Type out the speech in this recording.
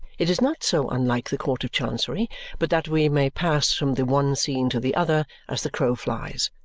it is not so unlike the court of chancery but that we may pass from the one scene to the other, as the crow flies.